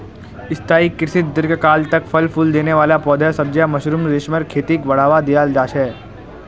स्थाई कृषित दीर्घकाल तक फल फूल देने वाला पौधे, सब्जियां, मशरूम, रेशमेर खेतीक बढ़ावा दियाल जा छे